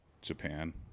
Japan